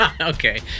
Okay